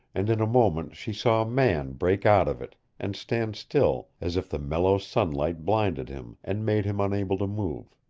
and in a moment she saw a man break out of it, and stand still, as if the mellow sunlight blinded him, and made him unable to move.